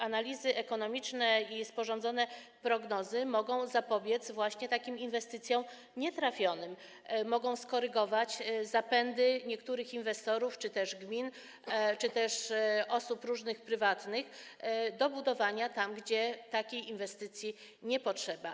Analizy ekonomiczne i sporządzone prognozy mogą zapobiec właśnie takim inwestycjom nietrafionym, mogą skorygować zapędy niektórych inwestorów czy też gmin, czy też różnych osób prywatnych do budowania tam, gdzie takiej inwestycji nie potrzeba.